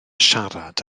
siarad